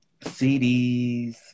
CDs